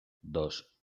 dos